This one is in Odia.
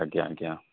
ଆଜ୍ଞା ଆଜ୍ଞା